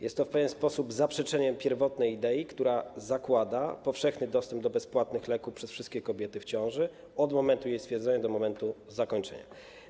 Jest to w pewien sposób zaprzeczeniem pierwotnej idei, która zakłada powszechny dostęp do bezpłatnych leków dla wszystkich kobiet w ciąży od momentu jej stwierdzenia do momentu jej zakończenia.